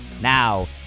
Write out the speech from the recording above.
Now